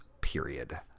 period